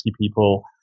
people